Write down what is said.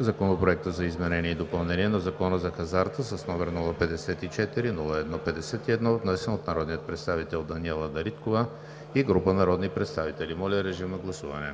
Законопроект за изменение и допълнение на Закона за хазарта, № 054-01-51, внесен от народния представител Даниела Дариткова и група народни представители. Гласували